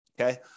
Okay